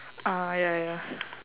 uh ya ya ya